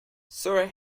sir